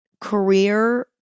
career